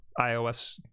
iOS